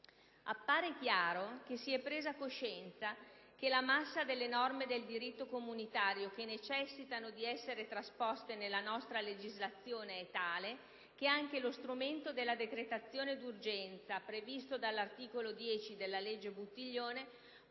Appare chiaro che si è presa coscienza del fatto che la massa delle norme del diritto comunitario che necessitano di essere trasposte nella nostra legislazione è tale che anche lo strumento della decretazione d'urgenza, previsto dall'articolo 10 della legge Buttiglione,